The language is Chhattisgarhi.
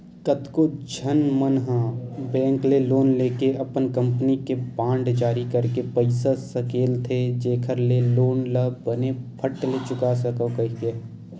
कतको झन मन ह बेंक ले लोन लेके अपन कंपनी के बांड जारी करके पइसा सकेलथे जेखर ले लोन ल बने फट ले चुका सकव कहिके